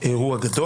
איום.